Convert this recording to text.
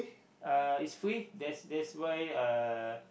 uh it's free that's that's why uh